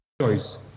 choice